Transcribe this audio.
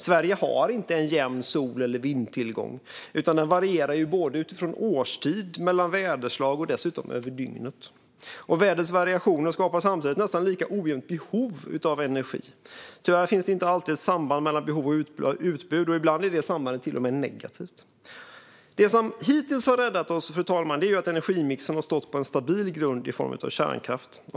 Sverige har inte en jämn sol eller vindtillgång, utan den varierar utifrån årstid, mellan väderslag och dessutom över dygnet. Vädrets variationer skapar samtidigt ett nästan lika ojämnt behov av energi. Tyvärr finns det inte alltid ett samband mellan behov och utbud. Ibland är sambandet till och med negativt. Det som hittills har räddat oss, fru talman, är att energimixen har stått på en stabil grund i form av kärnkraft.